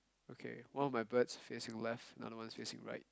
okay one of my birds facing left the other ones facing right